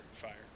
fire